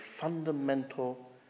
fundamental